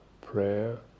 prayer